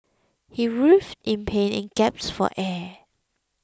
he writhed in pain and gaps for air